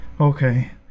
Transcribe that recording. Okay